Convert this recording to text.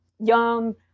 young